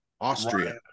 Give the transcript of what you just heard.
Austria